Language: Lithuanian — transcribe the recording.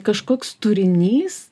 kažkoks turinys